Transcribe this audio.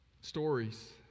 stories